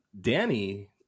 Danny